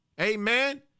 Amen